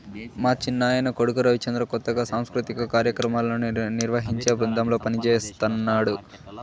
మా చిన్నాయన కొడుకు రవిచంద్ర కొత్తగా సాంస్కృతిక కార్యాక్రమాలను నిర్వహించే బృందంలో పనిజేస్తన్నడు